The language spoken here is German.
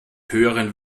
hören